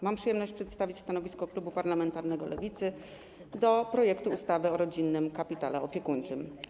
Mam przyjemność przedstawić stanowisko klubu parlamentarnego Lewicy wobec projektu ustawy o rodzinnym kapitale opiekuńczym.